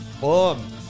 boom